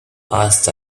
passed